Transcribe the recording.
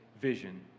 vision